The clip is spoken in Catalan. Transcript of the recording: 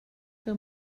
que